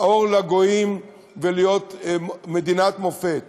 האור לגויים ולהיות מדינת מופת.